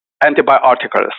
antibiotics